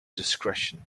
discretion